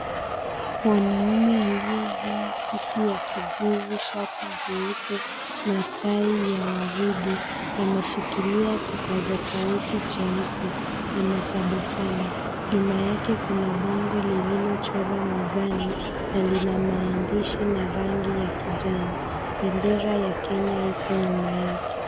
Mwanaume aliyevaa suti ya kijivu, shati jeupe na tai ya waridi ameshikilia kipazasauti cheusi. Anatabasamu. Nyuma yake kuna bango lililochorwa mizani na lina maandishi ya rangi ya kijani. Bendera ya Kenya iko nyuma yake.